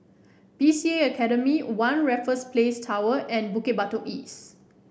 B C A Academy One Raffles Place Tower and Bukit Batok East